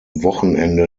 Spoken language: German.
wochenende